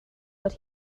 but